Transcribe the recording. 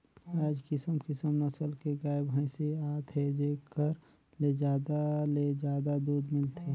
आयज किसम किसम नसल के गाय, भइसी आत हे जेखर ले जादा ले जादा दूद मिलथे